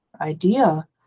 idea